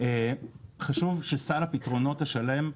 חשוב שסל הפתרונות השלם,